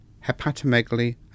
hepatomegaly